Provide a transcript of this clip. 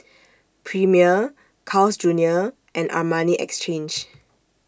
Premier Carl's Junior and Armani Exchange